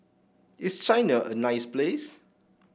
is China a nice place